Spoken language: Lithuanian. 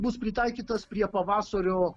bus pritaikytas prie pavasario